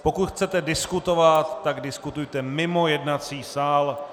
Pokud chcete diskutovat, tak diskutujte mimo jednací sál.